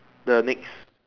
the next